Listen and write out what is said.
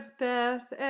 death